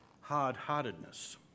hard-heartedness